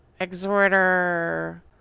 Exhorter